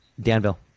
Danville